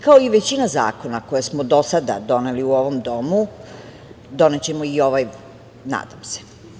Kao i većina zakona koje smo do sada doneli u ovom domu, donećemo i ovaj, nadam se.